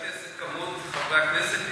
את יודעת איזה כמות חברי הכנסת הגישו?